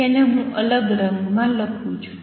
જેને હું અલગ રંગમાં લખું છુ